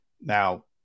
Now